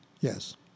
Yes